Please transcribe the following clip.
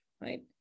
right